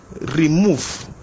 remove